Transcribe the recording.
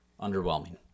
Underwhelming